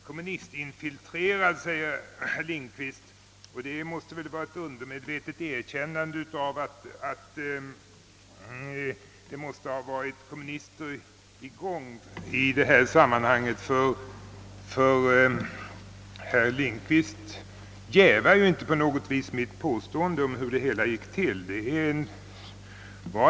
»Kommunistinfiltrerad», ansåg herr Lindkvist att jag hade sagt, och det måste väl vara ett undermedvetet erkännande av att kommunister verkat i detta sammanhang, ty herr Lindkvist jävar inte på något sätt mitt påstående hur det hela gick till.